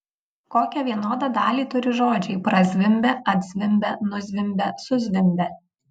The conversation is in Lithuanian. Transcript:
kokią vienodą dalį turi žodžiai prazvimbia atzvimbia nuzvimbia suzvimbia